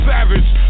Savage